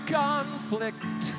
conflict